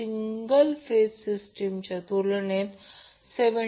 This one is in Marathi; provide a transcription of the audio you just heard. याचा अर्थ सिंगल फेज वायरसाठीच्या मटेरियलचा व्हॉल्यूम प्रत्यक्षात 1